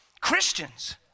Christians